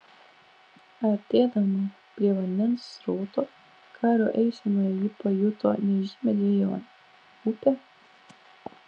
artėdama prie vandens srauto kario eisenoje ji pajuto nežymią dvejonę upė